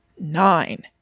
nine